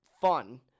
fun